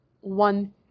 one